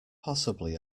possibly